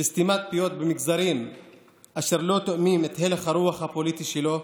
של סתימת פיות במגזרים אשר לא תואמים את הלך הרוח הפוליטי שלו?